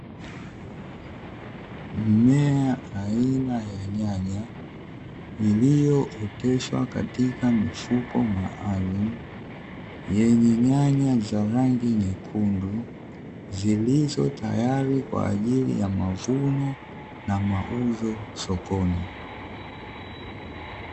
Mmea aina ya nyanya iliyooteshwa katika mifuko maalumu yenye nyanya za rangi nyekundu, zilizo tayari kwa ajili ya mavuno na mauzo sokoni.